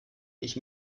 ich